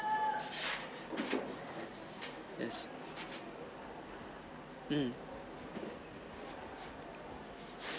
yes um